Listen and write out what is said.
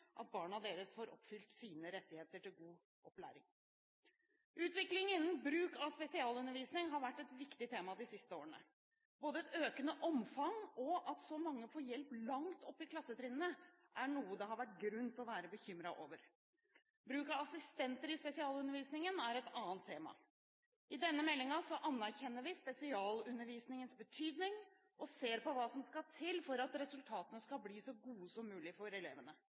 at barna deres får oppfylt sine rettigheter til god opplæring. Utviklingen innen bruk av spesialundervisning har vært et viktig tema de siste årene. Både et økende omfang og at så mange får hjelp langt opp i klassetrinnene, er noe det har vært grunn til å være bekymret over. Bruk av assistenter i spesialundervisningen er et annet tema. I denne meldingen anerkjenner vi spesialundervisningens betydning og ser på hva som skal til for at resultatene skal bli så gode som mulig for elevene.